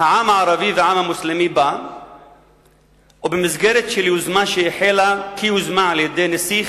העם הערבי והעם המוסלמי בא ובמסגרת של יוזמה שהחלה כיוזמה על-ידי נסיך,